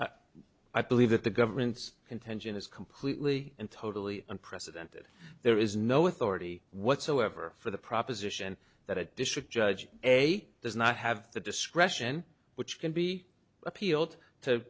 i believe that the government's contention is completely and totally unprecedented there is no authority whatsoever for the proposition that a district judge a does not have the discretion which can be appealed to